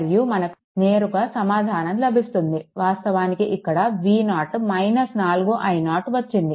మరియు మనకు నేరుగా సమాధానం లభిస్తుంది వాస్తవానికి ఇక్కడ V0 4i0 వచ్చింది